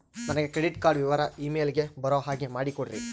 ನನಗೆ credit card ವಿವರ email ಗೆ ಬರೋ ಹಾಗೆ ಮಾಡಿಕೊಡ್ರಿ?